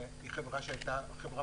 היא חברה ותיקה